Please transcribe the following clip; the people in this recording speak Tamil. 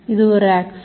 இது ஒரு Axon